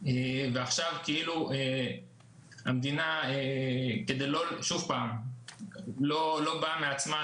עכשיו המדינה לא באה מעצמה,